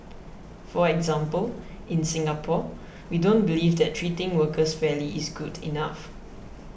for example in Singapore we don't believe that treating workers fairly is good enough